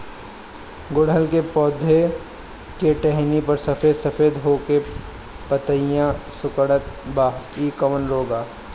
गुड़हल के पधौ के टहनियाँ पर सफेद सफेद हो के पतईया सुकुड़त बा इ कवन रोग ह?